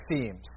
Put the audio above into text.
seems